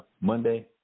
Monday